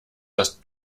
das